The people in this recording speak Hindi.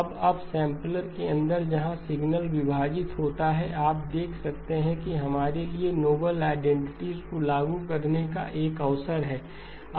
अब अपसैम्पलर के अंदर जहां सिग्नल विभाजित होता है आप देख सकते हैं कि हमारे लिए नोबेल आईडेंटिटीज को लागू करने का एक अवसर है